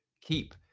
Keep